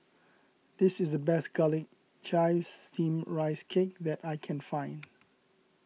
this is the best Garlic Chives Steamed Rice Cake that I can find